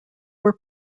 were